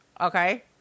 Okay